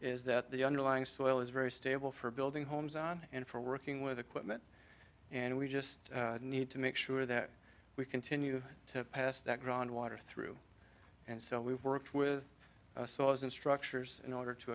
is that the underlying soil is very stable for building homes on and for working with equipment and we just need to make sure that we continue to pass that groundwater through and so we've worked with saws and structures in order to